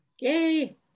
yay